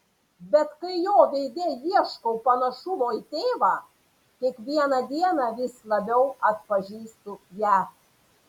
bet kai jo veide ieškau panašumo į tėvą kiekvieną dieną vis labiau atpažįstu ją